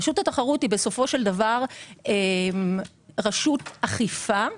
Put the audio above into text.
רשות התחרות היא רשות אכיפה,